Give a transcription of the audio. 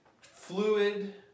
fluid